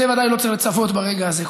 את זה בוודאי לא צריך לצוות ברגע הזה,